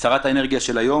שרת האנרגיה של היום,